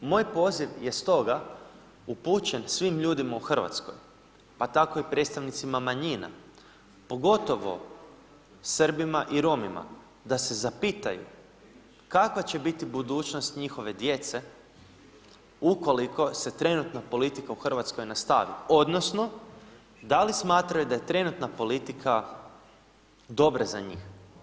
Moj poziv je stoga upućen svim ljudima u Hrvatskoj pa tako i predstavnicima manjina pogotovo Srbima i Romima da se zapitaju kakva će biti budućnost njihove djece ukoliko se trenutna politika u Hrvatskoj nastavi odnosno da li smatraju da je trenutna politika dobra za njih.